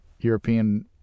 European